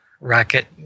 Racket